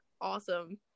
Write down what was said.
awesome